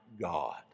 God